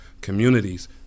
communities